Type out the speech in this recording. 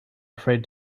afraid